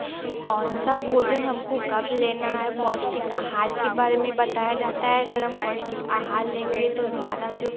कौन सा भोजन हमको कब लेना है पौष्टिक आहार के बारे बताया जाता है अगर हम पौष्टिक आहार लेंगे तो हमारा जो